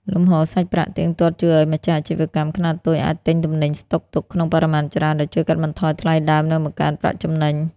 លំហូរសាច់ប្រាក់ទៀងទាត់ជួយឱ្យម្ចាស់អាជីវកម្មខ្នាតតូចអាចទិញទំនិញស្ដុកទុកក្នុងបរិមាណច្រើន ដែលជួយកាត់បន្ថយថ្លៃដើម និងបង្កើនប្រាក់ចំណេញ។